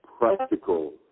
practical